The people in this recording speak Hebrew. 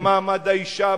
במעמד האשה,